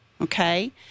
Okay